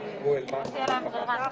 ננעלה בשעה